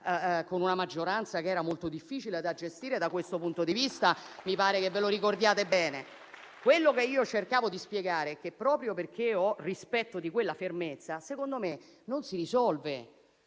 con una maggioranza che era molto difficile da gestire da questo punto di vista. Mi pare che ve lo ricordiate bene. Quello che io cercavo di spiegare è che, proprio perché ho rispetto di quella fermezza, secondo me il